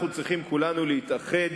אנחנו צריכים כולנו להתאחד